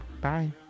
bye